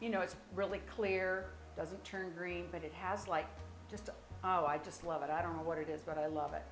you know it's really clear doesn't turn green but it has like just how i just love it i don't know what it is but i love it